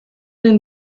den